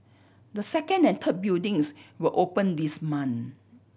the second and third buildings will open this month